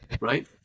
right